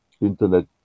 internet